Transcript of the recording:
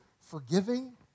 forgiving